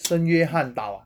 圣约翰岛啊